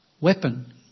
weapon